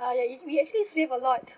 uh ya if we actually save a lot